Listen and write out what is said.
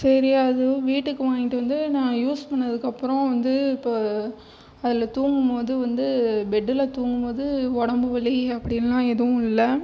சரி அது வீட்டுக்கு வாங்கிட்டு வந்து நான் யூஸ் பண்ணதுக்கப்புறம் வந்து இப்போது அதில் தூங்கும் போது வந்து பெட்டில் தூங்கும் போது உடம்பு வலி அப்படிலாம் எதுவும் இல்லை